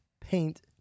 paint